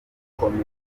gukomeza